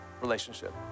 relationship